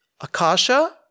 akasha